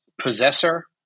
possessor